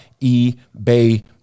ebay